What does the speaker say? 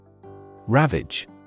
Ravage